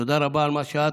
תודה רבה על מה שאת,